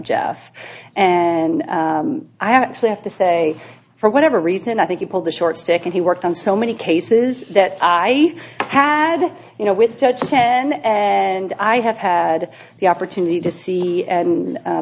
jeff and i actually have to say for whatever reason i think you pulled the short stack and he worked on so many cases that i had you know with judge chen and i have had the opportunity to see and